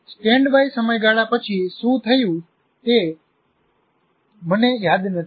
standby સમયગાળા પછી શું થયું તે તે મને યાદ નથી